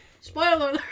spoiler